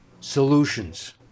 Solutions